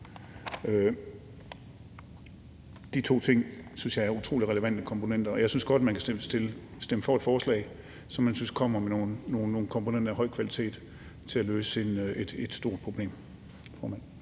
De to ting synes jeg er utrolig relevante komponenter, og jeg synes godt, man kan stemme for et forslag, som man synes kommer med nogle komponenter af høj kvalitet til at løse et stort problem.